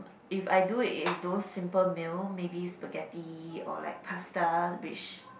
if I do it it is those simple meal maybe spaghetti or like pasta which